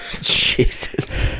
Jesus